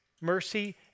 Mercy